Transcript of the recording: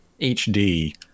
HD